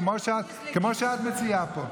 כמו שאת מציעה פה.